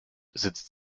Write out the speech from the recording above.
sitzt